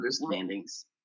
understandings